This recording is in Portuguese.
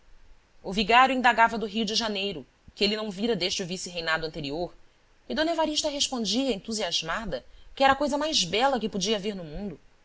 o vigário indagava do rio de janeiro que ele não vira desde o vice reinado anterior e d evarista respondia entusiasmada que era a coisa mais bela que podia haver no mundo